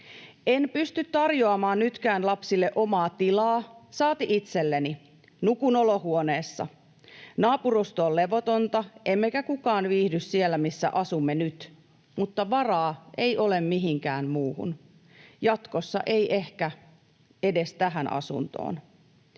En pysty tarjoamaan nytkään lapsille omaa tilaa, saati itselleni. Nukun olohuoneessa. Naapurusto on levotonta, emmekä kukaan viihdy siellä, missä asumme nyt, mutta varaa ei ole mihinkään muuhun. Jatkossa ei ehkä edes tähän asuntoon.